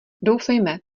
doufejme